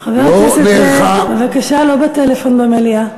חבר הכנסת זאב, בבקשה לא בטלפון במליאה.